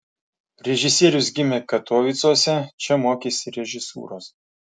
režisierius gimė katovicuose čia mokėsi režisūros